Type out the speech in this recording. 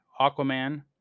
Aquaman